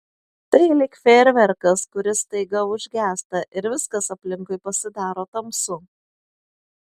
tai lyg fejerverkas kuris staiga užgęsta ir viskas aplinkui pasidaro tamsu